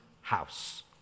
house